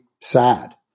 Sad